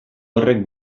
horrek